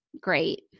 great